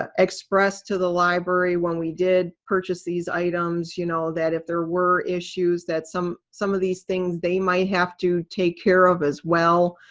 ah expressed to the library when we did purchase these items, you know that that if there were issues that some some of these things they might have to take care of as well.